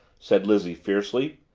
said lizzie fiercely.